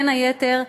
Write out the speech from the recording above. בין היתר,